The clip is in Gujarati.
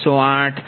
2916 0